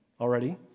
already